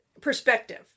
perspective